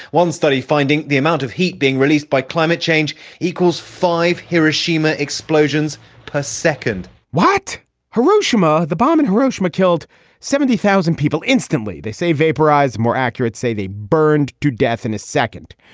one study finding the amount of heat being released by climate change equals five hiroshima explosions per second what hiroshima? the bomb in hiroshima killed seventy thousand people instantly, they say vaporized. more accurate say they burned to death in a second.